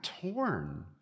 torn